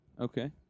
Okay